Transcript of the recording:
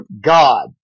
God